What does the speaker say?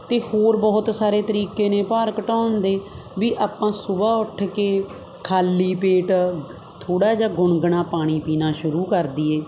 ਅਤੇ ਹੋਰ ਬਹੁਤ ਸਾਰੇ ਤਰੀਕੇ ਨੇ ਭਾਰ ਘਟਾਉਣ ਦੇ ਵੀ ਆਪਾਂ ਸੁਬਾਹ ਉੱਠ ਕੇ ਖਾਲੀ ਪੇਟ ਥੋੜ੍ਹਾ ਜਿਹਾ ਗੁਣਗੁਣਾ ਪਾਣੀ ਪੀਣਾ ਸ਼ੁਰੂ ਕਰ ਦੀਏ